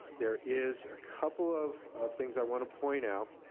there is a couple of of things i wanna point out.